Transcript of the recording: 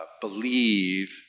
believe